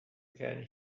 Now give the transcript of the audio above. can